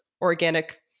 organic